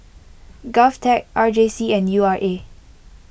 Govtech R J C and U R A